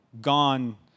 gone